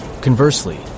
Conversely